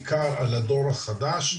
בעיקר על הדור החדש,